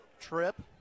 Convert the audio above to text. trip